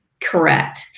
Correct